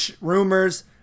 rumors